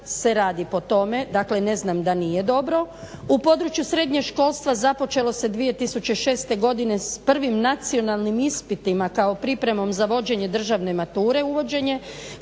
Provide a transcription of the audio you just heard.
se radi po tome, dakle ne znam da nije dobro. U području srednjeg školstva započelo se 2006. godine s prvim nacionalnim ispitima kao pripremom za vođenje državne mature, uvođenje